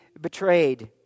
betrayed